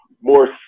more